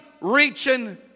reaching